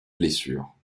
blessure